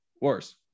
Worse